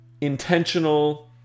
intentional